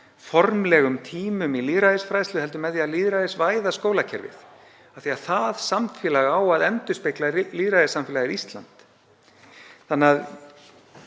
formlegum tímum í lýðræðisfræðslu heldur með því að lýðræðisvæða skólakerfið af því að það samfélag á að endurspegla lýðræðissamfélagið Ísland.